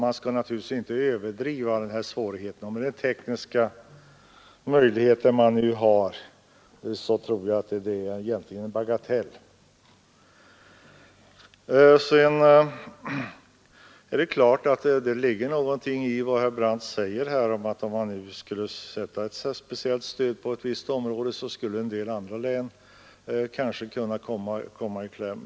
Man skall alltså inte överdriva dessa svårigheter. Med de tekniska möjligheter man nu har tror jag att detta egentligen är en bagatell. Det är klart att det ligger någonting i vad herr Brandt säger, att om man nu skulle sätta in stöd i ett visst område skulle en del andra län kunna komma i kläm.